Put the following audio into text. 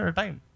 time